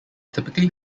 typically